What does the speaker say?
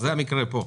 זה המקרה כאן.